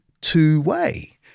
two-way